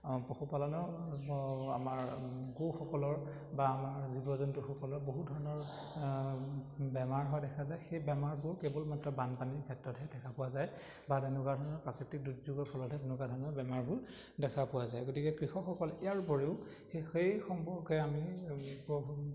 পশুপালনৰ আমাৰ গোসকলৰ বা আমাৰ জীৱ জন্তুসকলৰ বহু ধৰণৰ বেমাৰ হোৱা দেখা যায় সেই বেমাৰবোৰ কেৱল মাত্ৰ বানপানীৰ ক্ষেত্ৰতহে দেখা পোৱা যায় বা তেনেকুৱা ধৰণৰ প্ৰাকৃতিক দুৰ্যোগৰ ফলতহে তেনেকুৱা ধৰণৰ বেমাৰবোৰ দেখা পোৱা যায় গতিকে কৃষকসকল ইয়াৰ উপৰিও সেই সম্পৰ্কে আমি